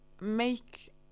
make